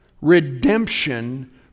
Redemption